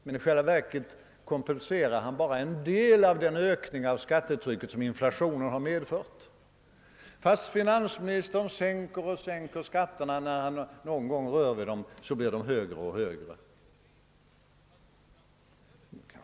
Men i själva verket kompenserar han bara en del av den ökning av skattetrycket som inflationen medfört. Trots att finansministern sänker och sänker skatterna när han någon gång rör vid dem, så blir de ändå högre och högre.